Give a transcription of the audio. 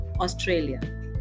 Australia